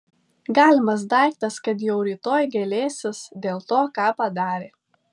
galimas daiktas kad jau rytoj gailėsis dėl to ką padarė